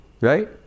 right